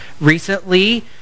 recently